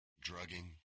drugging